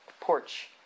porch